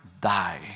die